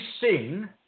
sing